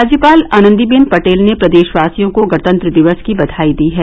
राज्यपाल आनंदीबेन पटेल ने प्रदेशवासियों को गणतंत्र दिवस की बधाई दी हैं